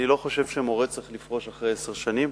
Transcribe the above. אני לא חושב שמורה צריך לפרוש אחרי עשר שנים.